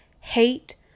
hate